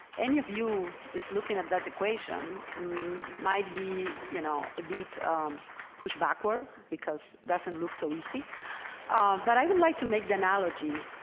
any of you is looking at that equation might be you know a bit push backwards because doesn't look so easy but i would like to make the analogy